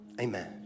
Amen